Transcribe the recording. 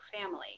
family